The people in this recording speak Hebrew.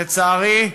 לצערי,